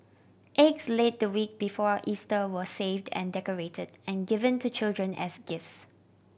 eggs laid the week before Easter were saved and decorated and given to children as gifts